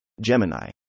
Gemini